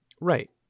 Right